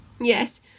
Yes